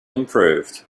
improved